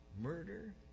murder